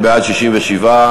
התשע"ג 2013,